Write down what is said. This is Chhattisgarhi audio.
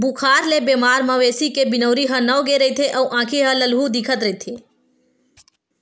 बुखार ले बेमार मवेशी के बिनउरी ह नव गे रहिथे अउ आँखी ह ललहूँ दिखत रहिथे